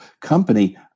company